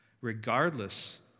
regardless